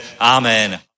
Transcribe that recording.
Amen